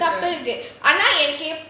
தப்பிருக்கு ஆனா எனக்கு:tappiruku aana enaku